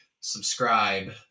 Subscribe